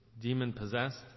demon-possessed